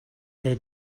the